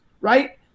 right